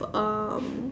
um